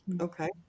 Okay